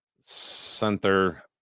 center